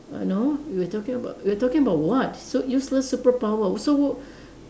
uh no we're talking about we're talking about what so useless superpower so